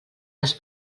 les